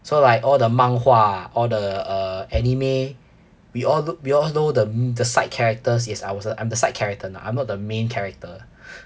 so like all the 漫画 all the uh anime we all know we all know the the side characters yes I was I'm the side character now I'm not the main character